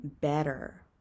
better